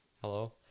Hello